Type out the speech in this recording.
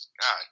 God